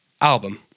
album